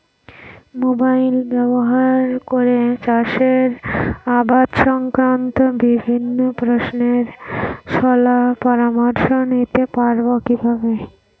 Mobile ব্যাবহার করে চাষের আবাদ সংক্রান্ত বিভিন্ন প্রশ্নের শলা পরামর্শ নিতে পারবো কিভাবে?